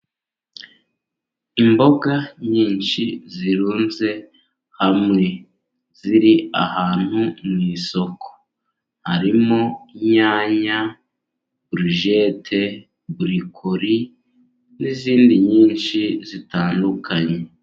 Imboga nyinshi zirunze hamwe. Ziri ahantu mu isoko. Harimo inyanya, urujete, burikori, n'izindi nyinshi zitandukanye.